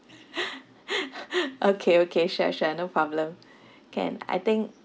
okay okay sure sure no problem can I think